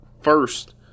first